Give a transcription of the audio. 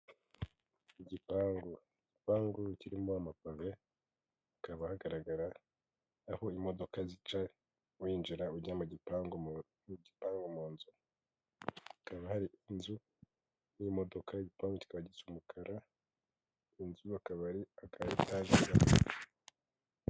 Igipangu, igipangu kirimo amapave hakaba hagaragara aho imodoka zica winjira ujya mu gipangu mu mu nzu. Hakaba hari inzu n'imodoka. Igipangu kikaba gisa umukara. Inzu akaba ari aka etage gato.